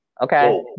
okay